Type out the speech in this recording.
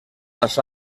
las